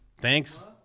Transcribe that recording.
Thanks